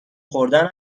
خوردن